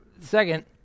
Second